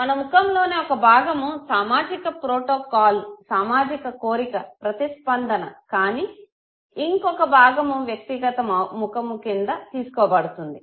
మన ముఖంలోని ఒక భాగము సామాజిక ప్రోటోకాల్ సామజిక కోరిక ప్రతిస్పందన కానీ ఇంకొక భాగము వ్యక్తిగత ముఖము కింద తీసుకోబడుతుంది